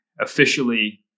officially